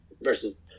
versus